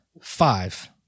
Five